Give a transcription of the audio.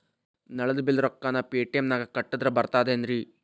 ನಳದ್ ಬಿಲ್ ರೊಕ್ಕನಾ ಪೇಟಿಎಂ ನಾಗ ಕಟ್ಟದ್ರೆ ಬರ್ತಾದೇನ್ರಿ?